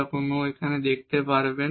যা কোনটি এখানে দেখতে পারে